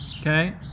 Okay